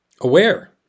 aware